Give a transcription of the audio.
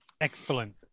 Excellent